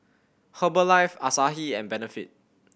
Herbalife Asahi and Benefit